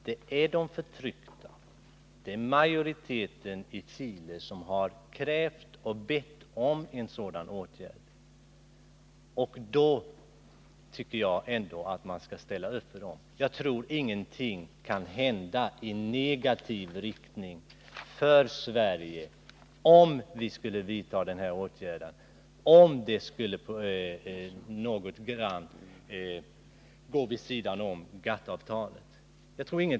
Det är de förtryckta, det är majoriteten i Chile som har krävt och bett om en sådan åtgärd. Då tycker jag ändå att man skall ställa upp för dem. Jag tror att ingenting kan hända i negativ riktning för Sverige, om vi skulle vidta den här åtgärden och om det skulle gå något vid sidan av GATT-avtalet.